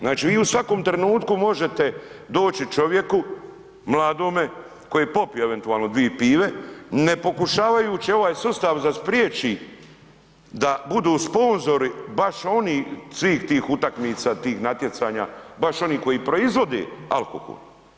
Znači vi u svakom trenutku možete doći čovjeku, mladome koji popije eventualno dvije pive ne pokušavajući ovaj sustav da spriječi da budu sponzori baš oni svih tih utakmica, tih natjecanja, baš oni koji proizvode alkohol.